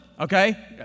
Okay